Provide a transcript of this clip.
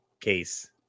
case